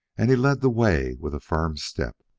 and he led the way with a firm step.